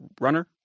runner